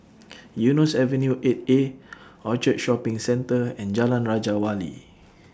Eunos Avenue eight A Orchard Shopping Centre and Jalan Raja Wali